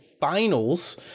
Finals